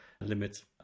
limits